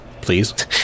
please